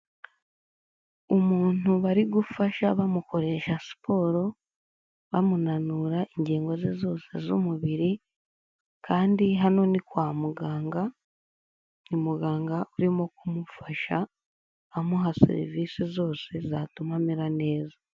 Umuntu bari gufasha bamukoresha siporo, bamunura ingingo ze zose z'umubiri kandi hano ni kwa muganga, ni muganga urimo kumufasha amuha serivise zose zatuma amera neza.